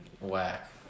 whack